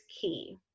key